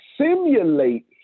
simulate